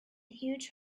huge